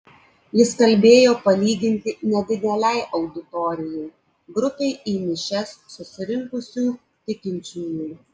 jis kalbėjo palyginti nedidelei auditorijai grupei į mišias susirinkusių tikinčiųjų